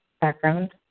background